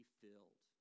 filled